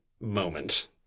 moment